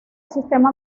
sistema